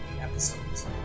episodes